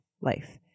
life